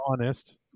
honest